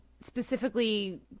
specifically